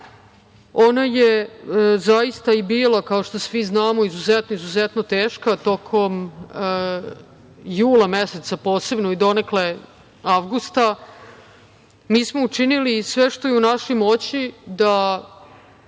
ona je zaista i bila, kao što svi znamo, izuzetno, izuzetno teška, tokom jula meseca posebno i donekle avgusta. Mi smo učinili sve što je u našoj moći da,